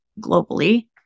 globally